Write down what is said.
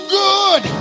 good